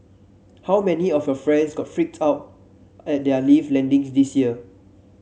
how many of your friends got freaked out at their lift landings this year